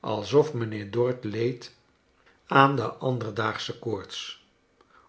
alsof mijnheer dorrit leed aan de anderdaagsche koorts